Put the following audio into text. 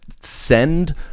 send